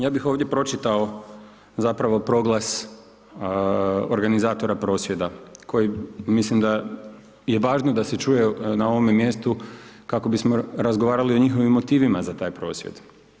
Ja bih ovdje pročitao zapravo proglas organizatora prosvjeda koji, mislim da je važno da se čuje na ovome mjestu kako bismo razgovarali o njihovim motivima za taj prosvjed.